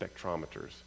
spectrometers